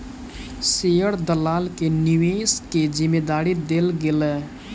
share दलाल के निवेश के जिम्मेदारी देल गेलै